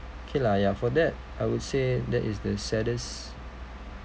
okay lah ya for that I would say that is the saddest